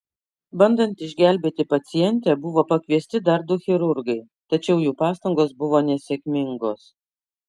bandant išgelbėti pacientę buvo pakviesti dar du chirurgai tačiau jų pastangos buvo nesėkmingos